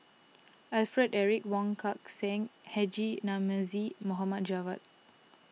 Alfred Eric Wong Kan Seng Haji Namazie Mohamed Javad